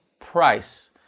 price